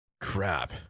Crap